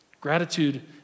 Gratitude